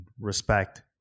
respect